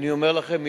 ואני אומר לכם,